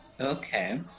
Okay